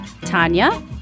Tanya